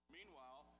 Meanwhile